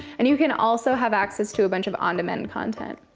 and you can also have access to a bunch of on-demand content.